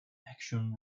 action